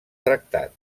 tractat